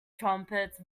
trumpets